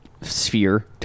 sphere